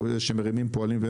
כל אלה שמרימים פועלים,